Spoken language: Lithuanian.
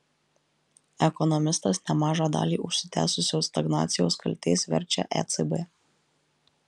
ekonomistas nemažą dalį užsitęsusios stagnacijos kaltės verčia ecb